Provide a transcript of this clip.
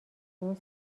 اون